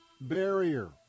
barrier